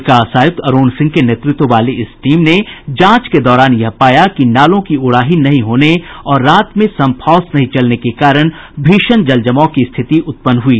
विकास आयुक्त अरूण सिंह के नेतृत्व वाली इस टीम ने जांच के दौरान यह पाया कि नालों की उड़ाही नहीं होने और रात में सम्प हाउस नहीं चलने के कारण भीषण जल जमाव की स्थिति उत्पन्न हुई